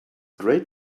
great